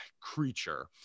creature